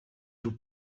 tout